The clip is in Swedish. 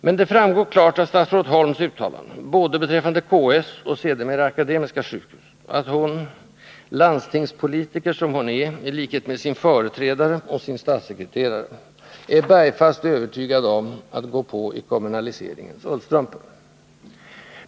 Men det framgår klart av statsrådet Holms uttalanden, både beträffande KS och, sedermera, Akademiska sjukhuset, att hon —landstingspolitiker som hon är, i likhet med sin företrädare och sin statssekreterare — är bergfast övertygad om att gå på i kommunaliseringens ullstrumpor.